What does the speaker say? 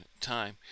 time